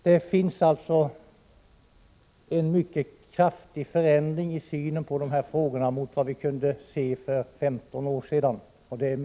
Det har nu blivit en mycket kraftig förändring i synen på dessa frågor mot — Prot. 1986/87:134 vad som var fallet för 15 år sedan.